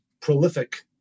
prolific